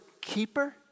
keeper